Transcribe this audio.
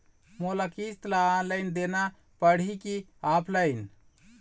मोला किस्त ला ऑनलाइन देना पड़ही की ऑफलाइन?